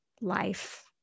life